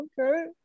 Okay